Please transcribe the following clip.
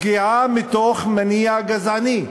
פגיעה מתוך מניע גזעני,